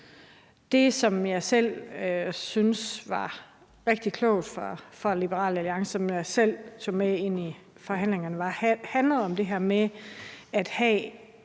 Det, som jeg selv synes var rigtig klogt af Liberal Alliance, og som jeg selv tog med ind i forhandlingerne, handlede om det her med at have